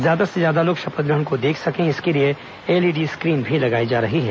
ज्यादा से ज्यादा लोग शपथग्रहण को देख सके इसके लिए एलईडी स्क्रीन भी लगाई जा रही है